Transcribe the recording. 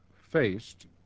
faced